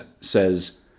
says